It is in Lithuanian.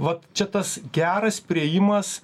va čia tas geras priėjimas